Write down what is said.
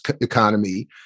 economy